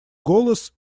голос